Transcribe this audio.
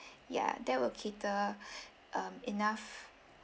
yeah that will cater um enough